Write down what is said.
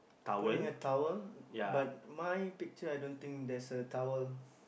pulling a towel but my picture I don't think there's a towel